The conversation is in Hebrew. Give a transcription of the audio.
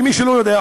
למי שלא יודע,